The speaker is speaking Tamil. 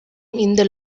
இந்த